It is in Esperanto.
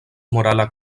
morala